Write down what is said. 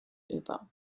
über